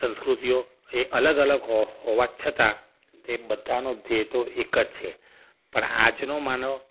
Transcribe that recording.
સંસ્કૃતિઓ એ અલગ અલગ હો હોવા છતાં તે બધાનો ધ્યેય તો એક જ છે પણ આજનો માનવ